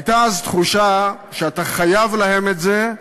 הייתה אז תחושה שאתה חייב להם את זה,